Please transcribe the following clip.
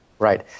Right